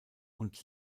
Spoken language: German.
und